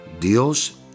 Dios